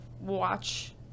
watch